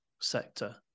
sector